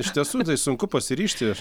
iš tiesų tai sunku pasiryžti aš